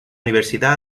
universidad